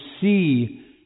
see